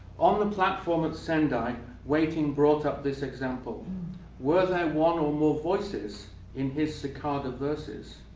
on the platform at sendai, waiting brought up this example were there one or more voices in his cicada verses,